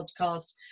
podcast